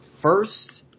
first